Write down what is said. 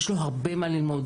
יש לו הרבה מה ללמוד.